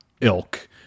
ilk